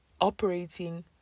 operating